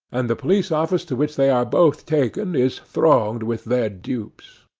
and the police office to which they are both taken is thronged with their dupes.